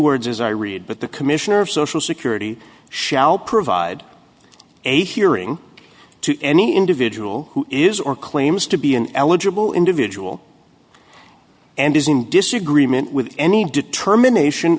words as i read but the commissioner of social security shall provide a hearing to any individual who is or claims to be an eligible individual and is in disagreement with any determination